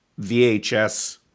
VHS